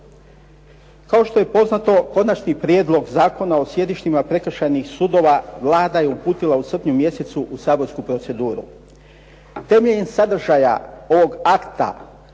Kao što je poznato konačni Prijedlog Zakona o sjedištima prekršajnih sudova Vlada je uputila u srpnju mjesecu u saborsku proceduru. Temeljem sadržaja ovog akta,